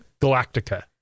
Galactica